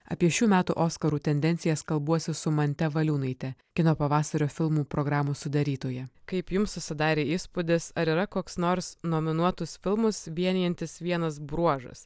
apie šių metų oskarų tendencijas kalbuosi su mante valiūnaite kino pavasario filmų programos sudarytoja kaip jums susidarė įspūdis ar yra koks nors nominuotus filmus vienijantis vienas bruožas